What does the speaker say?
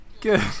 Good